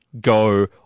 go